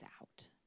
out